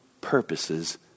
purposes